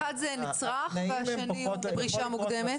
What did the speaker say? הראשון הוא נצרך והשני הוא פרישה מוקדמת.